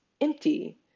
empty